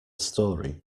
story